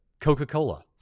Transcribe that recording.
Coca-Cola